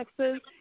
Texas